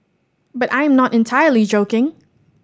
but I am not entirely joking